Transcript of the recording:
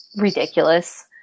ridiculous